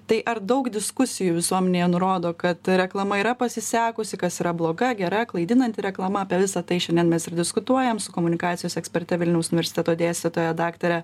tai ar daug diskusijų visuomenėje nurodo kad reklama yra pasisekusi kas yra bloga gera klaidinanti reklama apie visa tai šiandien mes ir diskutuojam su komunikacijos ekspertė vilniaus universiteto dėstytoja daktare